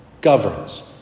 governs